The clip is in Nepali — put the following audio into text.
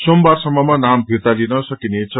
सोमबार सम्ममा नाम फिर्ता लिन सकिनेछ